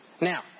Now